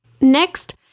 Next